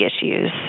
issues